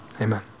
amen